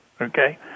Okay